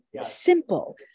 simple